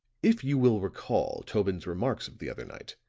if you will recall tobin's remarks of the other night,